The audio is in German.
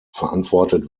verantwortet